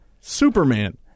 Superman